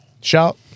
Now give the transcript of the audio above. Shout